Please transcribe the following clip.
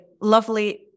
lovely